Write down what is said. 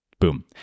Boom